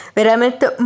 veramente